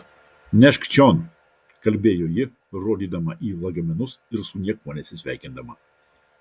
nešk čion kalbėjo ji rodydama į lagaminus ir su niekuo nesisveikindama